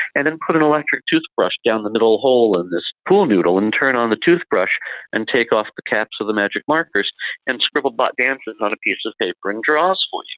and then put an electric toothbrush down the middle hole in this pool noodle and turn on the toothbrush and take off the caps of the magic markers and scribble bot dances on a piece of paper and draws for you.